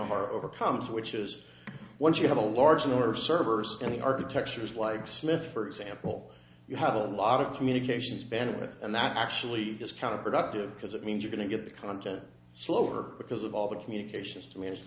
omar overcomes which is once you have a large number of servers and the architectures like smith for example you have a lot of communications band with and that actually is counterproductive because it means you going to get the content slower because of all the communications to